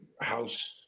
house